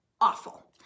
awful